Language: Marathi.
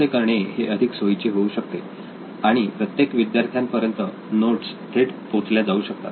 असे करणे हे अधिक सोयीचे होऊ शकते आणि प्रत्येक विद्यार्थ्यापर्यंत नोट्स थेट पोचवल्या जाऊ शकतात